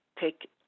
take